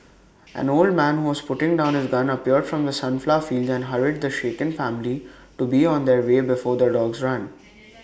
an old man who was putting down his gun appeared from the sunflower fields and hurried the shaken family to be on their way before the dogs run